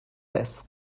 tests